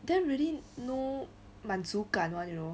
then really no 满足感 one you know